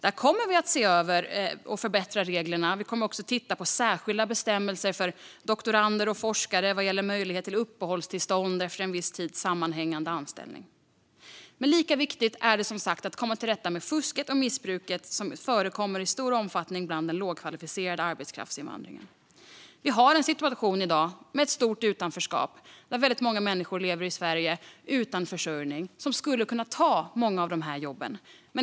Vi kommer att se över och förbättra reglerna. Vi kommer också att titta på särskilda bestämmelser för doktorander och forskare vad gäller möjlighet till uppehållstillstånd efter en viss tids sammanhängande anställning. Lika viktigt är det dock som sagt att komma till rätta med det fusk och missbruk som i stor omfattning förekommer inom den lågkvalificerade arbetskraftsinvandringen. Vi har i dag en situation med ett stort utanförskap. Väldigt många människor lever i Sverige utan försörjning, människor som skulle kunna ta många av de här jobben.